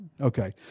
Okay